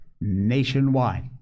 nationwide